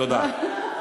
תודה.